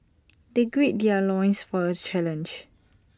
they gird their loins for the challenge